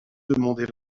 demander